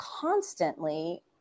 constantly